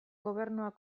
gobernuak